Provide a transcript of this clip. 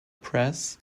press